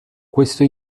questo